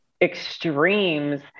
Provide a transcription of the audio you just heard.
extremes